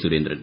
Surendran